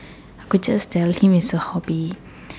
could just tell him it's a hobby